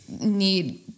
need